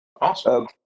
Awesome